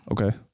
Okay